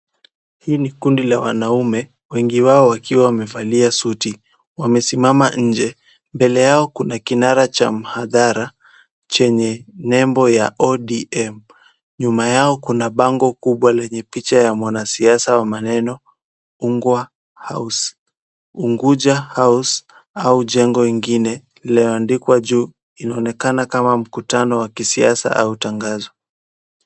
Hii ni kundi la wanaume wengi wao wakiwa wamevalia suti. Wamesimama nje, mbele kuna kinara cha mhadhara chenye nembo ya ODM. Nyuma yao kuna bango kubwa leyue picha ya mwanasiasana maneno Uchungwa House au jengo lingine iyoandikwa juu. Inaonekana kama mkutano wa kisiasa au tangazo.